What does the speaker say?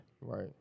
Right